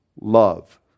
love